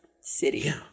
city